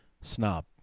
snob